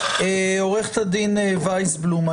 עורכת הדין וייסבלום,